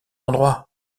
endroits